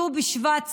ט"ו בשבט שמח,